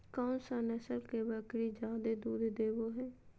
कौन सा नस्ल के बकरी जादे दूध देबो हइ?